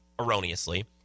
erroneously